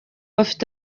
afite